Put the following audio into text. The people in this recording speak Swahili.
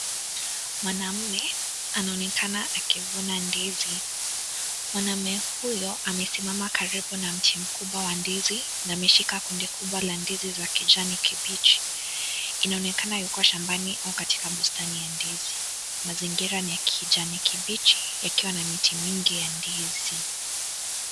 Mwanaume anaonekana akivuna ndizi, mwanaume huyo amesimama karibu na mti mkubwa na ameshika bunde kubwa ya ndizi ya kijani kibichi. Anaonekana Ao shambani ama bustani ya ndizi. Mazingira ni ya kijani kibichi yakiwa na miti mingi ya ndizi.